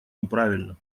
неправильно